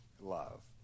love